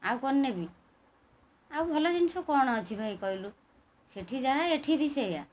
ଆଉ କ'ଣ ନେବି ଆଉ ଭଲ ଜିନିଷ କ'ଣ ଅଛି ଭାଇ କହିଲୁ ସେଇଠି ଯାହା ଏଇଠି ବି ସେଇଆ